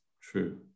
true